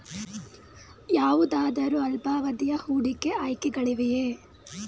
ಯಾವುದಾದರು ಅಲ್ಪಾವಧಿಯ ಹೂಡಿಕೆ ಆಯ್ಕೆಗಳಿವೆಯೇ?